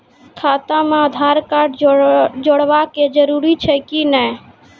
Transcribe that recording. खाता म आधार कार्ड जोड़वा के जरूरी छै कि नैय?